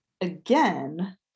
again